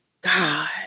God